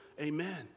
amen